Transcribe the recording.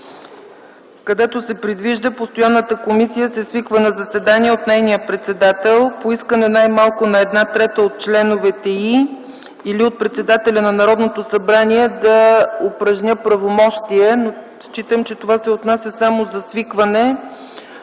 където се предвижда постоянната комисия да се свиква на заседание от нейния председател по искане най-малко на една трета от членовете й или от председателя на Народното събрание, да упражня правомощия, но смятам, че това се отнася само за свикване,